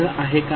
बरं आहे का